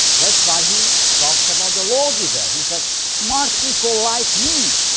that's why he talks about the lawgiver. he said, smart people like me,